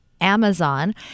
Amazon